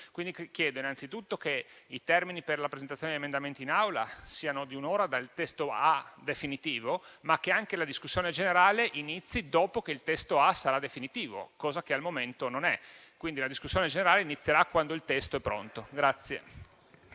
Chiedo quindi innanzitutto che i termini per la presentazione degli emendamenti in Aula siano di un'ora a partire dalle disponibilità del testo A definitivo, ma che anche la discussione generale inizi dopo che il testo A sarà definitivo, cosa che al momento non è. La discussione generale inizierà quando il testo è pronto.